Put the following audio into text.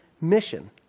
mission